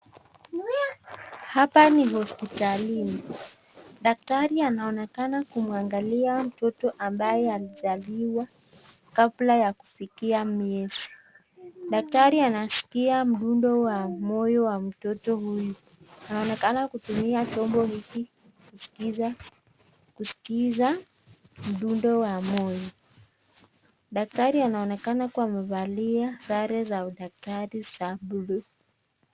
Hapa ni hospitalini daktari anaoneka kumwangalia mtoto ambaye amezaliwa kabla ya kufikia miezi. Daktari anaskia mdundo wa moyo wa mtoto huyu anaonekana kutumia chombo hiki kuskiza mdundo wa moyo ,daktari anonekana kuwa amevalia sare za udaktari za buluu.